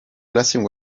blessing